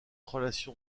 relation